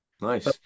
Nice